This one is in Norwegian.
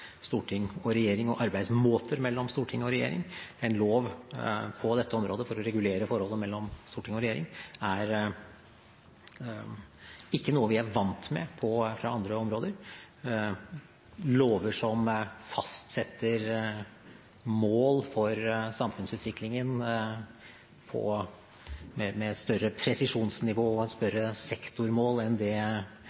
storting og regjering. En lov på dette området – for å regulere forholdet mellom storting og regjering – er ikke noe vi er vant med fra andre områder. Lover som fastsetter mål for samfunnsutviklingen med større presisjonsnivå og